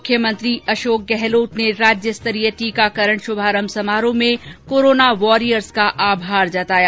मुख्यमंत्री अशोक गहलोत ने राज्य स्तरीय टीकाकरण शुभारंभ समारोह में कोरोना वॉरियर्स का आभार जताया